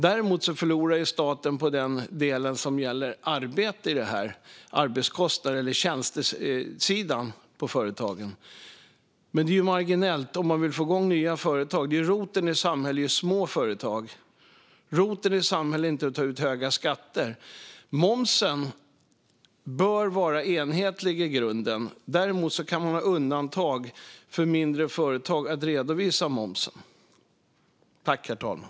Däremot förlorar staten på den del i detta som gäller tjänstesidan i företagen, men det är marginellt. Det handlar om att få igång nya företag. Roten i samhället är små företag, inte att ta ut höga skatter. Momsen bör i grunden vara enhetlig. Däremot kan man ha undantag för mindre företag när det gäller att redovisa momsen.